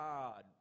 God